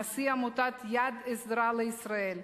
נשיא עמותת "יד עזרה לישראל",